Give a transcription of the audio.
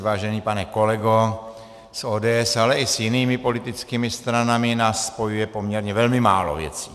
Vážený pane kolego, s ODS, ale i s jinými politickými stranami nás spojuje poměrně velmi málo věcí.